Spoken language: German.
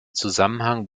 zusammenhang